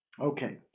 Okay